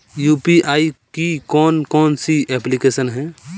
UPI की कौन कौन सी एप्लिकेशन हैं?